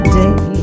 day